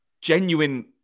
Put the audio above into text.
genuine